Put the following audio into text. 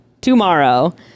Tomorrow